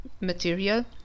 material